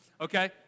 okay